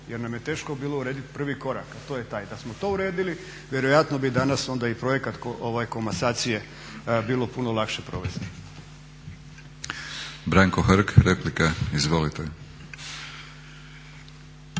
jer nam je teško bilo urediti prvi korak a to je taj. Da smo to uredili vjerojatno bi danas i projekat komasacije bilo puno lakše provesti.